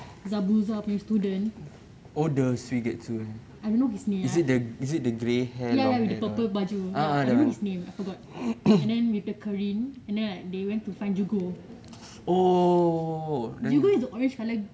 zabuza punya student I don't know his name ya ya with the purple baju ya I don't know his name I forgot and then with the currin and they went to find juggo juggo is the orange colour